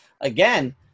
again